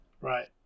right